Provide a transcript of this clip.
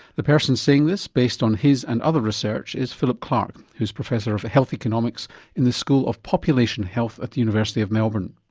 the person saying this, based on his and other research, is philip clarke, who's professor of health economics in the school of population health at the university of melbourne.